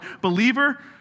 Believer